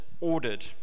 ordered